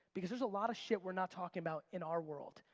because there's a lot of shit we're not talking about in our world.